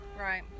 right